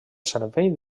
cervell